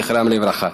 זכרם לברכה.